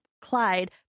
Clyde